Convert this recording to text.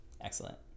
Excellent